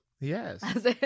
Yes